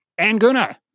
Anguna